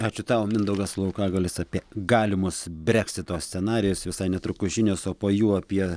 ačiū tau mindaugas laukagalis apie galimus breksito scenarijus visai netrukus žinios o po jų apie